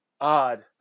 odd